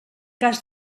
cas